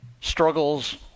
struggles